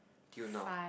till now